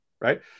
Right